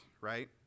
right